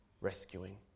rescuing